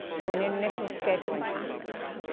to an initial scheduling conference.